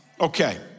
Okay